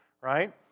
right